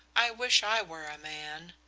i wish i were a man!